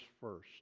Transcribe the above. first